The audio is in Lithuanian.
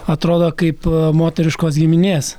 atrodo kaip moteriškos giminės